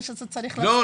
זה שצריך --- לא,